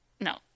no